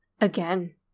Again